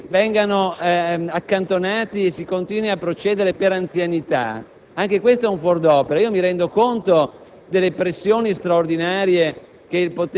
Far sì che i concorsi vengano accantonati e si continui a procedere per anzianità è, anche questo, un fuor d'opera. Mi rendo conto